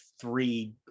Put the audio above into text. three